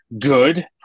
Good